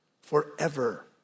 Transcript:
forever